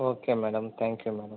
okay madam thank you madam